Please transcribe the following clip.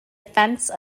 offence